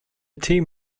team